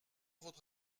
votre